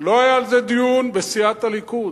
לא היה על זה דיון בסיעת הליכוד.